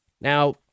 Now